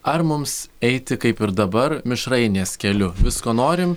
ar mums eiti kaip ir dabar mišrainės keliu visko norim